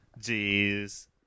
Jeez